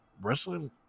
wrestling